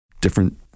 different